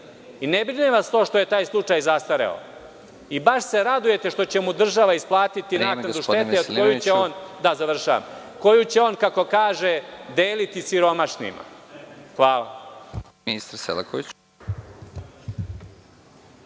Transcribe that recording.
I ne brine vas to što je taj slučaj zastareo. I baš se radujete što će mu država isplatiti naknadu štete koju će on, kako kaže, deliti siromašnima. Hvala.